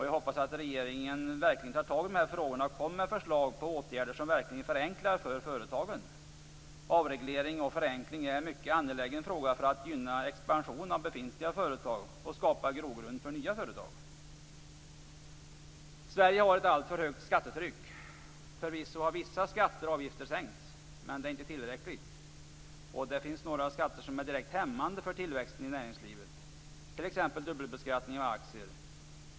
Jag hoppas att regeringen verkligen tar tag i dessa frågor och kommer med förslag på åtgärder som förenklar för företagen. Avreglering och förenkling är något mycket angeläget för att gynna expansion av befintliga företag och skapa grogrund för nya företag. Sverige har ett alltför högt skattetryck. Förvisso har vissa skatter och avgifter sänkts, men det är inte tillräckligt. Det finns några skatter som är direkt hämmande för tillväxten i näringslivet, t.ex. dubbelbeskattningen av aktier.